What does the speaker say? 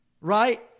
right